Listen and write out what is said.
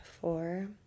four